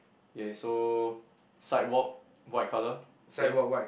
K so sidewalk white colour same